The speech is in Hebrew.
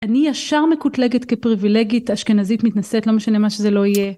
אני ישר מקוטלגת כפריווילגית אשכנזית מתנשאת, לא משנה מה שזה לא יהיה.